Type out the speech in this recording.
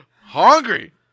Hungry